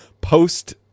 post